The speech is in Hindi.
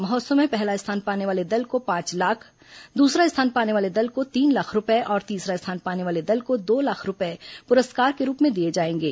महोत्सव में पहला स्थान पाने वाले दल को पांच लाख दूसरा स्थान पाने वाले दल को तीन लाख रूपए और तीसरा स्थान पाने वाले दल को दो लाख रूपए पुरस्कार के रूप में दिए जाएंगे